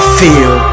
feel